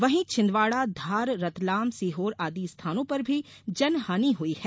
वहीं छिंदवाड़ा धार रतलाम सीहोर आदि स्थानों पर भी जनहानि हुई है